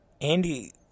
Andy